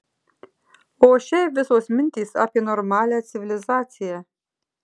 o šiaip visos mintys apie normalią civilizaciją